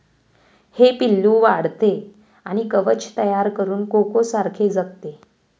हे पिल्लू वाढते आणि कवच तयार करून कोकोसारखे जगते